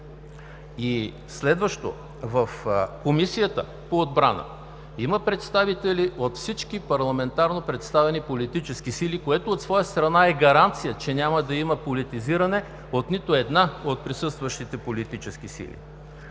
Следващо, в Комисията по отбрана има представители от всички парламентарно представени политически сили, което от своя страна е гаранция, че няма да има политизиране от нито една от присъстващите политически сили.